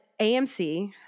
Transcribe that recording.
AMC